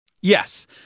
Yes